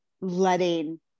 letting